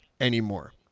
anymore